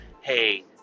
hey